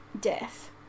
death